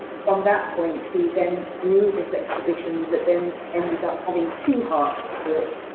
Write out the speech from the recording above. from that point, we then grew this exhibition that then ended up coming to hearts to it.